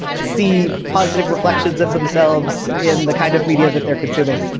ah see positive reflections of themselves in the kind of media that they're consuming.